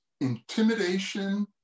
intimidation